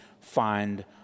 find